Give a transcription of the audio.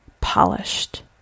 Polished